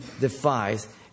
defies